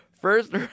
first